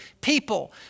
people